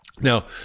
Now